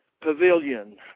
pavilion